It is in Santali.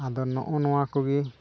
ᱟᱫᱚ ᱱᱚᱜᱼᱚ ᱱᱚᱣᱟ ᱠᱚᱜᱮ